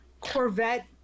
Corvette